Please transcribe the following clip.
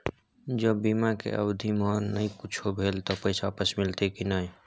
ज बीमा के अवधि म नय कुछो भेल त पैसा वापस मिलते की नय?